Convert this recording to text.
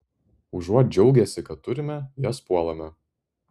užuot džiaugęsi kad turime jas puolame